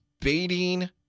baiting